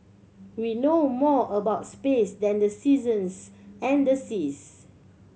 we know more about space than the seasons and the seas